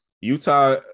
Utah